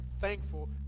thankful